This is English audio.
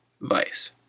vice